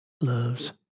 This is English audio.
loves